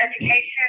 education